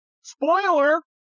spoiler